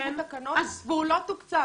נוצרו תקנות והוא לא תוקצב.